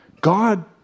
God